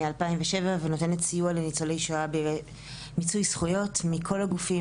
משנת 2007 ונותנת סיוע לניצולי שואה בנושא מיצוי זכויות מכל הגופים,